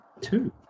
two